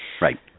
Right